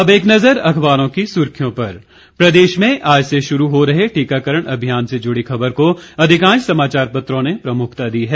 अब एक नजर अखबारों की सुर्खियों पर प्रदेश में आज से शुरू हो रहे टीका करण अभियान से जुड़ी खबर को अधिकांश समाचार पत्रों ने प्रमुखता दी है